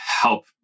help